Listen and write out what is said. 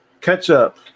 Ketchup